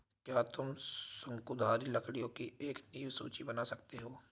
क्या तुम शंकुधारी लकड़ियों की एक नवीन सूची बना सकते हो?